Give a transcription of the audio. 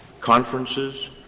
conferences